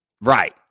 Right